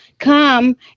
Come